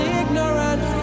ignorant